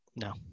No